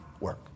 work